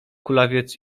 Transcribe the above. kulawiec